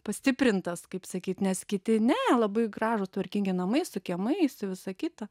pastiprintas kaip sakyt nes kiti ne labai gražūs tvarkingi namai su kiemais visa kita